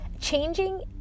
Changing